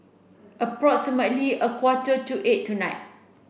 approximately a quarter to eight tonight